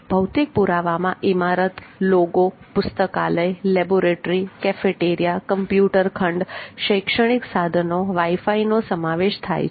ભૌતિક પુરાવામાં ઇમારત લોગો પુસ્તકાલય લેબોરેટરી કાફેટેરિયા કમ્પ્યુટર ખંડ શૈક્ષણિક સાધનો વાઇફાઇનો સમાવેશ થાય છે